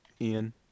ian